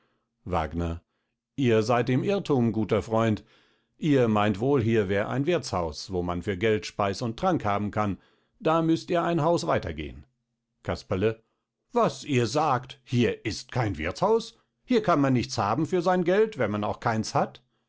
wagner ihr seid im irrthum guter freund ihr meint wohl hier wär ein wirthshaus wo man für geld speis und trank haben kann da müßt ihr ein haus weiter gehn casperle was ihr sagt hier ist kein wirthshaus hier kann man nichts haben für sein geld wenn man auch keins hat